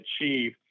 achieve